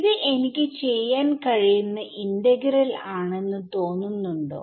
ഇത് എനിക്ക് ചെയ്യാൻ കഴിയുന്ന ഇന്റഗ്രൽ ആണെന്ന് തോന്നുന്നുണ്ടോ